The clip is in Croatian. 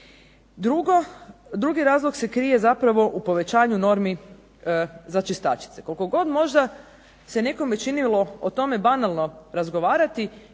drugi razlog se krije u povećanju normi za čistačice. Koliko god možda se nekome činilo o tome banalno razgovarati